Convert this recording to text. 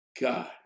God